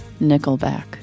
Nickelback